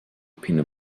peanut